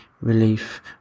relief